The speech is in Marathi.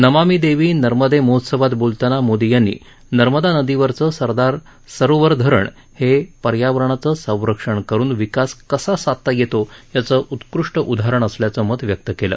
नमामि देवी नर्मदे महोत्सवात बोलताना मोदी यांनी नर्मदा नदीवरचं सरदार सरोवर धरण हे पर्यावरणाचं संरक्षण करुन विकास कसा साधता येतो याचं उत्कृष्ट उदाहरण असल्याचं मत व्यक्त केलं